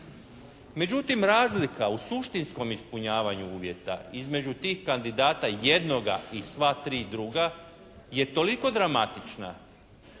Međutim, razlika u suštinskom ispunjavaju uvjeta između tih kandidata jednog i sva tri druga je toliko dramatična,